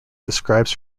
describes